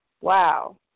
Wow